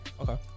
Okay